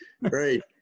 right